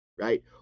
right